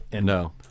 No